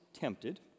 tempted